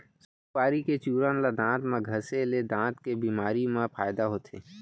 सुपारी के चूरन ल दांत म घँसे ले दांत के बेमारी म फायदा होथे